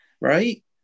right